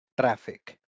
traffic